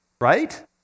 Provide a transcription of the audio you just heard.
right